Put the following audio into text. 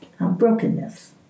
brokenness